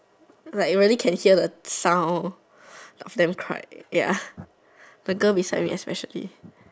like really can hear the sound of them crying ya the girl beside me especially